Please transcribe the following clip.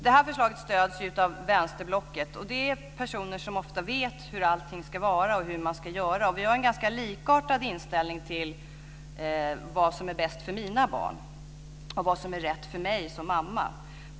Det här förslaget stöds av vänsterblocket, och det utgörs av personer som ofta vet hur allting ska vara och hur man ska göra. Vi har en ganska likartad inställning till vad som är bäst för de egna barnen och till vad som är rätt för en själv som mamma.